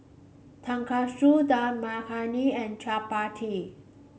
Tonkatsu Dal Makhani and Chapati